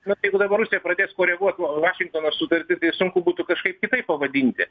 na tai jeigu dabar rusija pradės koreguot vašingtono sutartį tai sunku būtų kažkaip kitaip pavadinti